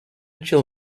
chill